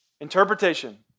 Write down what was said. Interpretation